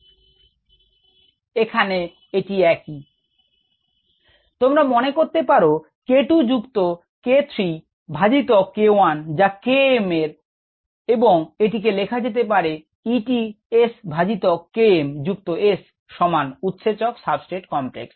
এখানে এটি একই 𝐸𝑡 𝑺 তোমরা মনে করতে পার k 2 যুক্ত k 3 বাই k 1যা K m এবং এটিকে লেখা যেতে পারে E t S by K m যুক্ত S সমান উৎসেচক সাবস্ট্রেট কমপ্লেক্স